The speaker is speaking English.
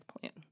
plan